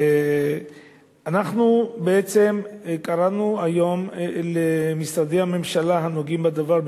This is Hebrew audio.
אנחנו בעצם קראנו היום למשרדי הממשלה הנוגעים בדבר,